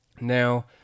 Now